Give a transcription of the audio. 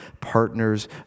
partners